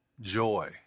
joy